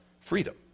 Freedom